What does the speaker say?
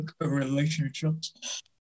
relationships